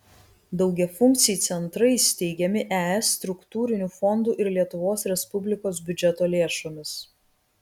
daugiafunkciai centrai steigiami es struktūrinių fondų ir lietuvos respublikos biudžeto lėšomis